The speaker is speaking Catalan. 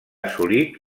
assolit